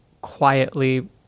quietly